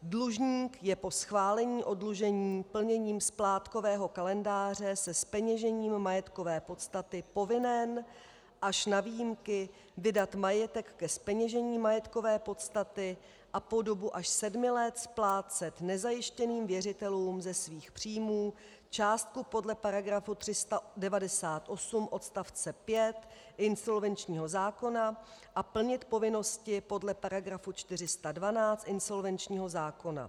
Dlužník je po schválení oddlužení plněním splátkového kalendáře se zpeněžením majetkové podstaty povinen až na výjimky vydat majetek ke zpeněžení majetkové podstaty a po dobu až sedmi let splácet nezajištěným věřitelům ze svých příjmů částku podle § 398 odstavce 5 insolvenčního zákona a plnit povinnosti podle § 412 insolvenčního zákona.